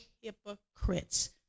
hypocrites